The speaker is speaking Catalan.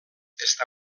està